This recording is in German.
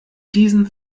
diesen